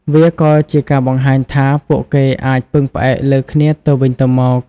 វាក៏ជាការបង្ហាញថា ពួកគេអាចពឹងផ្អែកលើគ្នាទៅវិញទៅមក។